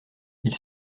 ils